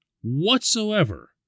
whatsoever